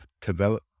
develop